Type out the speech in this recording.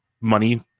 money